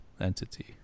entity